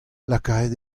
lakaet